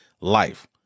life